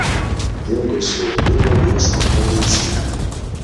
dingusio vyro ieško policija